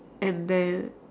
and then